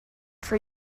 for